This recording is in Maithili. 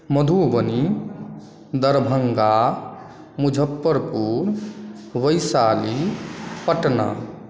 मधुबनी दरभङ्गा मुजफ्फरपुर वैशाली पटना